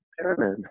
Pyramid